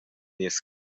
nies